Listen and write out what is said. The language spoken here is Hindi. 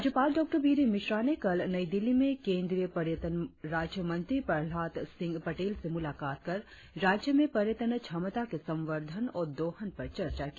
राज्यपाल डॉ बी डी मिश्रा ने कल नई दिल्ली में केंद्रीय पर्यटन राज्य मंत्री प्रहलाद सिंह पटेल से मुलाकात कर राज्य में पर्यटन क्षमता के संवर्धन और दोहन पर चर्चा की